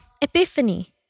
epiphany